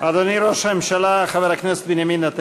שרים וחברי הכנסת בהווה ובעבר,